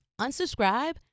Unsubscribe